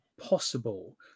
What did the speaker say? possible